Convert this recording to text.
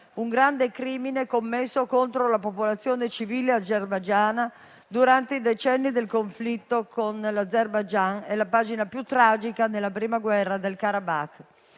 un grande crimine commesso contro la popolazione civile azerbaigiana durante i decenni del conflitto con l'Azerbaigian, la pagina più tragica nella prima guerra del Karabakh: